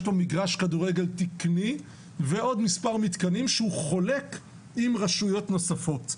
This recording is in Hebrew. יש לו מגרש כדורגל תיקני ועוד מספר מתקנים שהוא חולק עם רשויות נוספות.